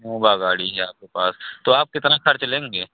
नोवा गाड़ी है आपके पास तो आप कितना खर्च लेंगे